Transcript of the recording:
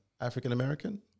african-american